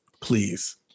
Please